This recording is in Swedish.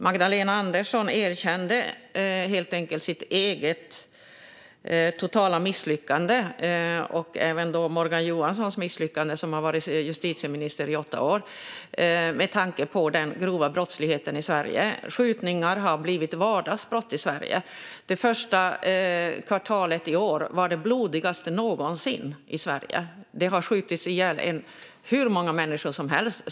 Magdalena Andersson erkände helt enkelt sitt eget totala misslyckande och även Morgan Johanssons misslyckande - han har varit justitieminister i åtta år - med tanke på den grova brottsligheten i Sverige. Skjutningar har blivit vardagsbrott i Sverige. Det första kvartalet i år var det blodigaste någonsin i Sverige. Det har skjutits ihjäl hur många människor som helst.